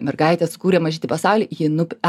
mergaitė sukūrė mažytį pasaulį ji nupiešė